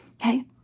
Okay